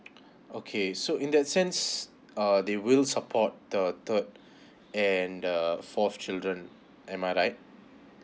okay so in that sense uh they will support the third and the fourth children am I right